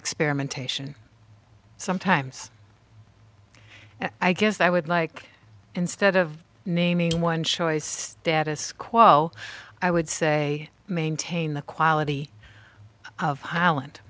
experimentation sometimes i guess i would like instead of naming one choice status quo i would say maintain the quality of highland